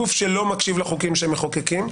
גוף שלא מקשיב לחוקים שהם מחוקקים,